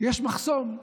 יש מחסום.